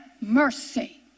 mercy